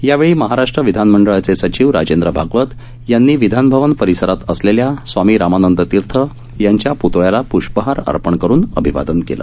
यावेळी महाराष्ट्र विधानमंडळाचे सचिव राजेन्द्र भागवत यांनी विधानभवन परिसरात असलेल्या स्वामी रामानंद तीर्थ यांच्या पुतळ्यास अर्पण करुन अभिवादन केलं